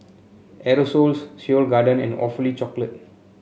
Aerosoles Seoul Garden and Awfully Chocolate